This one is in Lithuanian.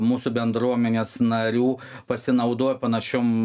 mūsų bendruomenės narių pasinaudojo panašiom